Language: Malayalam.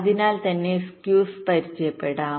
അതിനാൽ തന്നെ സ്കൂസ് പരിചയപ്പെടാം